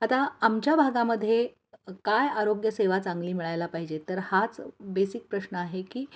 आता आमच्या भागामध्ये काय आरोग्यसेवा चांगली मिळायला पाहिजे तर हाच बेसिक प्रश्न आहे की